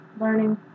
learning